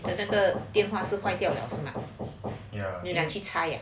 那个电话是坏掉 liao 是 mah 你拿去拆 eh